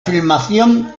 filmación